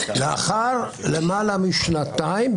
לאחר למעלה משנתיים,